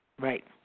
right